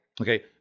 Okay